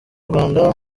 rwanda